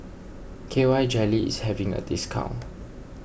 K Y Jelly is having a discount